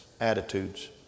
attitudes